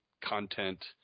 content